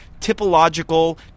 typological